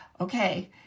okay